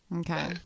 okay